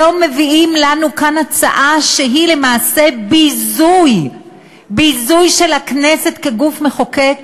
היום מביאים לנו כאן הצעה שהיא למעשה ביזוי של הכנסת כגוף מחוקק